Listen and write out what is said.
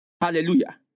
Hallelujah